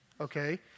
okay